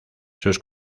sus